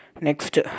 Next